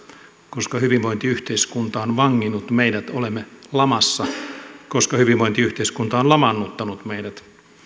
koska hyvinvointiyhteiskunta on vanginnut meidät olemme lamassa koska hyvinvointiyhteiskunta on lamaannuttanut meidät